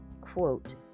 quote